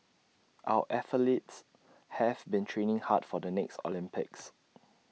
our athletes have been training hard for the next Olympics